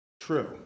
True